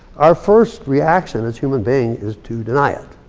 our first reaction as human beings is to deny it.